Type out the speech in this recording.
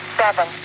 seven